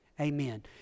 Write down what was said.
amen